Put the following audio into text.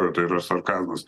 jo tai yra sarkazmas